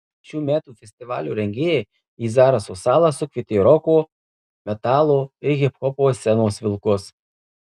šių metų festivalio rengėjai į zaraso salą sukvietė roko metalo ir hiphopo scenos vilkus